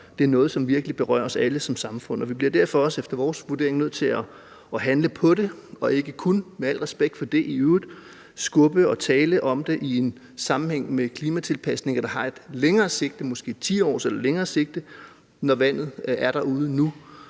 det er noget, som virkelig berører os alle som samfund, og vi bliver derfor også efter vores vurdering nødt til at handle på det og ikke kun – med al respekt for det i øvrigt – skubbe lidt på og tale om det i en sammenhæng med klimatilpasninger, der har et længere sigte, måske 10 år eller mere, når vandet er derude nu.